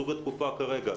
סוג התקופה כרגע.